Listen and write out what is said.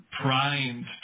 primed